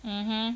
mmhmm